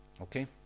Okay